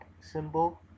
symbol